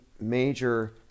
major